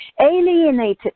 alienated